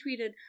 tweeted